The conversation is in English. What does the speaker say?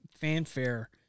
fanfare